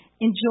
enjoy